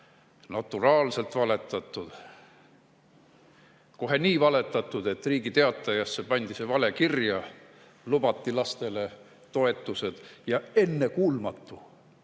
naturaalselt valetatud, kohe nii valetatud, et Riigi Teatajasse pandi see vale kirja. Lubati lastele toetused. Ja ennekuulmatu,